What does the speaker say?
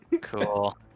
Cool